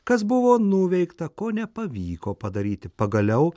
kas buvo nuveikta ko nepavyko padaryti pagaliau